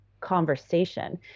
conversation